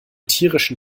tierischen